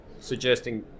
suggesting